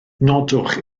nodwch